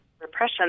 repression